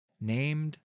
named